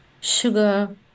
Sugar